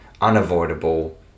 unavoidable